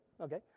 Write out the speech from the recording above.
Okay